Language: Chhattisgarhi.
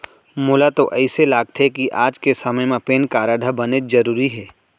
मोला तो अइसे लागथे कि आज के समे म पेन कारड ह बनेच जरूरी हे